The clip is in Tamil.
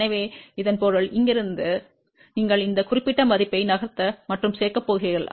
எனவே இதன் பொருள் இங்கிருந்து இங்கிருந்து நீங்கள் இந்த குறிப்பிட்ட மதிப்பை நகர்த்த மற்றும் சேர்க்கப் போகிறீர்கள்